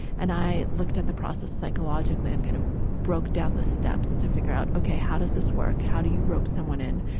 and i looked at the process psychologically and kind of broke down the steps to figure out, ok, how does this work? how do you rope someone in?